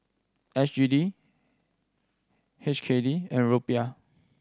S G D H K D and Rupiah